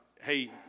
hey